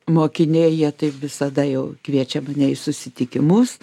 mokiniai jie taip visada jau kviečia mane į susitikimus